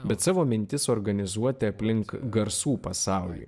bet savo mintis organizuoti aplink garsų pasaulį